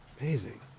Amazing